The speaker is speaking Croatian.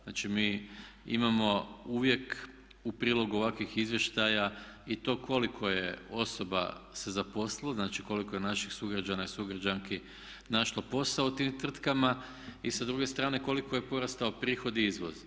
Znači mi imamo uvijek u prilogu ovakvih izvještaja i to koliko je osoba se zaposlilo, znači koliko je naših sugrađana i sugrađanki našlo posao u tim tvrtkama i sa druge strane koliko je porastao prihod i izvoz.